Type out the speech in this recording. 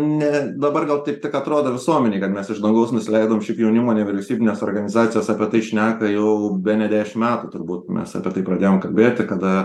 ne dabar gal taip tik atrodo visuomenei kad mes iš dangaus nusileidom šiaip jaunimo nevyriausybinės organizacijos apie tai šneka jau bene dešim metų turbūt mes apie tai pradėjom kalbėti kada